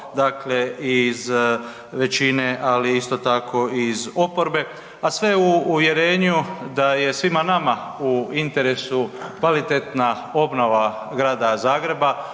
dakle i iz većine ali isto tako i iz oporbe a sve uvjerenju da je svima nama u interesu kvalitetna obnova grada Zagreba